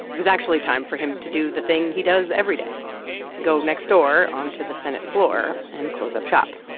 it was actually time for him to do the thing he does every day go next door onto the senate floor and close up shop.